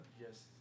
Yes